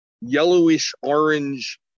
yellowish-orange